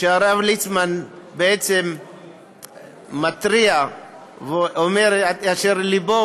שהרב ליצמן מתריע ואומר את אשר על לבו,